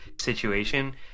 situation